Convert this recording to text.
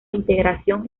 integración